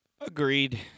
Agreed